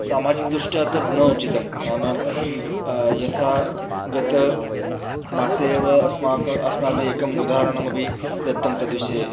सामाजिकदृष्ट्या तद् न उचितं नाम यथा गतमासे एव अस्माकम् अस्माभिः एकम् उदाहरणम् अपि दत्तं तद्विषये